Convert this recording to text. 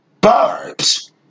barbs